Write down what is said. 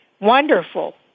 Wonderful